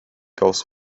goes